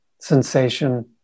sensation